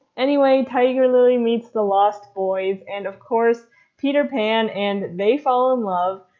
anyway tiger lily meets the lost boys and of course peter pan and they fall in love.